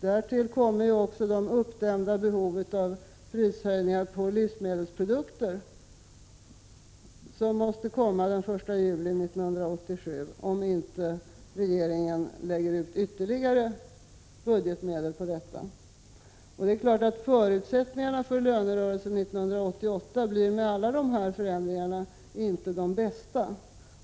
Därtill kommer de uppdämda behov av prishöjningar på livsmedelsprodukter som måste komma den 1 juli 1987, om inte regeringen lägger ut ytterligare budgetmedel på detta. Det är klart att förutsättningarna för lönerörelsen 1988 blir med alla de här förändringarna inte de bästa.